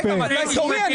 רגע, מתי תורי?